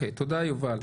תודה, יובל.